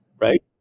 right